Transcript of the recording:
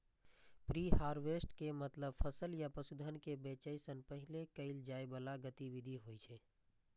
preharvest के मतलब फसल या पशुधन कें बेचै सं पहिने कैल जाइ बला गतिविधि होइ छै